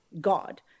God